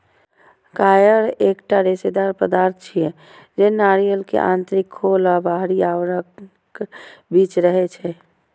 coir एकटा रेशेदार पदार्थ छियै, जे नारियल के आंतरिक खोल आ बाहरी आवरणक बीच रहै छै